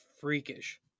freakish